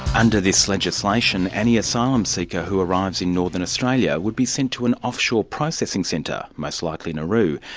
under this legislation, any asylum seeker who arrives in northern australia would be sent to an offshore processing centre, most likely nauru,